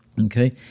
Okay